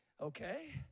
okay